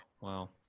wow